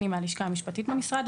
אני מהלשכה המשפטית במשרד,